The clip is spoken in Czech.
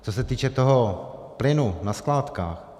Co se týče toho plynu na skládkách.